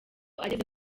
ageze